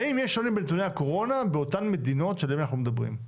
האם יש שוני בנתוני הקורונה באותן מדינות שעליהן אנחנו מדברים?